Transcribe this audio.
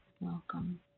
welcome